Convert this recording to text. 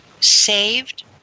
saved